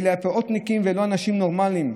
אלה הפאותניקים ולא אנשים נורמליים,